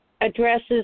addresses